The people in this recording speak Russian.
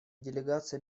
делегация